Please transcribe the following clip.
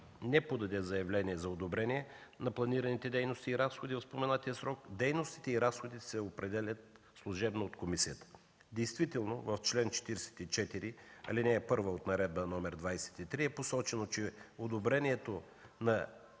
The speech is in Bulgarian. не подаде заявление за одобрение на планираните дейности и разходи в споменатия срок, дейностите и разходите се определят служебно от комисията. Действително в чл. 44, ал. 1 от Наредба № 23 е посочено, че одобрението на